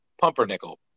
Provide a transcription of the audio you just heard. pumpernickel